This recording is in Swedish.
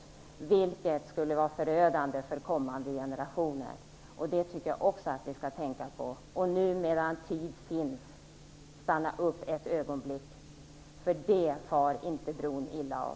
Det senare skulle vara förödande för kommande generationer. Det tycker jag att vi också skall tänka på och nu medan tid finns stanna upp ett ögonblick, för det far inte bron illa av.